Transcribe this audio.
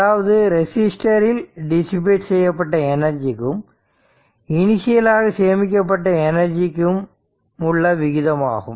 அதாவது ரெசிஸ்டர் இல் டிசிபேட் செய்யப்பட்ட எனர்ஜிக்கும் இனிஷியல் ஆக சேமிக்கப்பட்ட எனர்ஜிக்கும் உள்ள விகிதமாகும்